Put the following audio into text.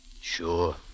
Sure